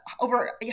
over